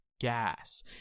Gas